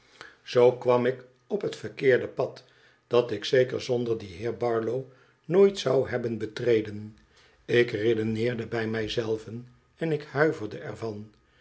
zoo kwam ik op het verkeerde pad dat ik zeker zonder dien heer barlow nooit zou hebben betreden tk redeneerde bij mij zelven en ik huiverde ervan